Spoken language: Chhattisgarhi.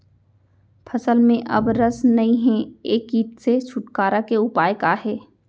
फसल में अब रस नही हे ये किट से छुटकारा के उपाय का हे?